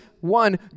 one